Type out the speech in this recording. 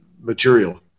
material